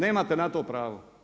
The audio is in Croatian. Nemate na to pravo.